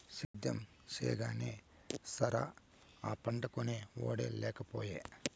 సేద్యం చెయ్యగానే సరా, ఆ పంటకొనే ఒడే లేకసాయే